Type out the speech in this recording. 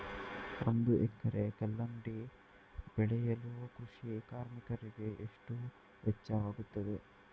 ಒಂದು ಎಕರೆ ಕಲ್ಲಂಗಡಿ ಬೆಳೆಯಲು ಕೃಷಿ ಕಾರ್ಮಿಕರಿಗೆ ಎಷ್ಟು ವೆಚ್ಚವಾಗುತ್ತದೆ?